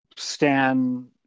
Stan